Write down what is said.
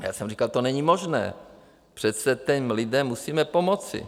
Já jsem říkal: to není možné, přece těm lidem musíme pomoci.